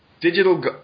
Digital